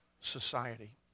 society